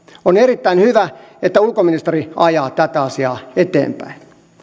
on erittäin hyvä että ulkoministeri ajaa tätä asiaa eteenpäin